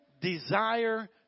desire